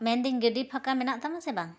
ᱢᱮᱱᱫᱟᱹᱧ ᱜᱟᱹᱰᱤ ᱯᱷᱟᱸᱠᱟ ᱢᱮᱱᱟᱜ ᱛᱟᱢᱟ ᱥᱮ ᱵᱟᱝ